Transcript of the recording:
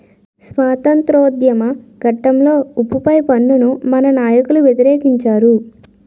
స్వాతంత్రోద్యమ ఘట్టంలో ఉప్పు పై పన్నును మన నాయకులు వ్యతిరేకించారు